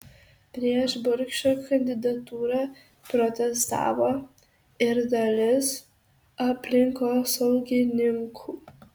prieš burkšo kandidatūrą protestavo ir dalis aplinkosaugininkų